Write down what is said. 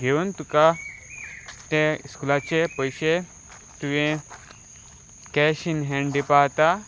घेवन तुका ते स्कुलाचे पयशे तुवें कॅश इन हँड दिवपा जाता